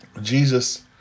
Jesus